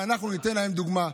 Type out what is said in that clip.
ואנחנו ניתן להם דוגמה.